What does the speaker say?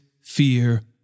fear